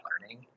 learning